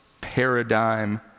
paradigm